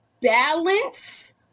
balance